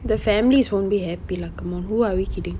the families won't be happy lah come on who are we kidding